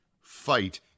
fight